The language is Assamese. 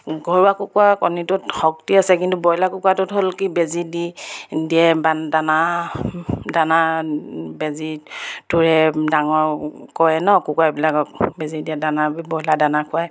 ঘৰুৱা কুকুৰাৰ কণীটোত শক্তি আছে কিন্তু ব্ৰইলাৰ কুকুৰাটোত হ'ল কি বেজী দি দিয়ে দানা দানা বেজী থ'ৰে ডাঙৰ কৰে ন কুকুৰাবিলাকক বেজী দিয়ে দানা ব্ৰইলাৰ দানা খুৱাই